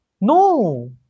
No